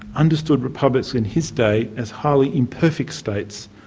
understood republics in his day as highly imperfect states,